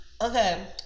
Okay